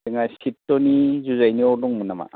जोंहा चितरन्जननि जुजायनि अर दंमोन नामा